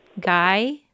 guy